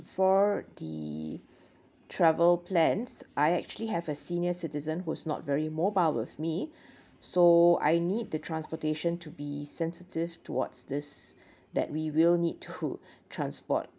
for the travel plans I actually have a senior citizen who's not very mobile with me so I need the transportation to be sensitive towards this that we will need to transport